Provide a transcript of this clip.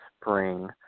spring